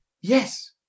yes